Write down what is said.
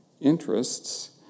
interests